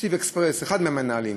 "נתיב אקספרס" אחד מהמנהלים,